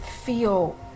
feel